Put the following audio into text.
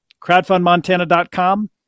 crowdfundmontana.com